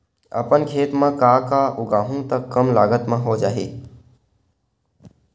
अपन खेत म का का उगांहु त कम लागत म हो जाही?